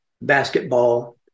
basketball